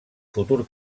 futur